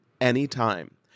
anytime